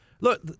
Look